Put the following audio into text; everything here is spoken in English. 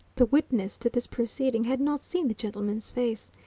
the witness to this proceeding had not seen the gentleman's face.